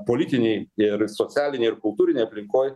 politinėj ir socialinėj ir kultūrinėj aplinkoj